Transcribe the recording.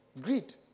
Great